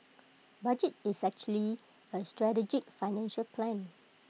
budget is actually A strategic financial plan